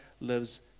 lives